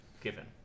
given